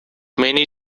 many